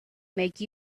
make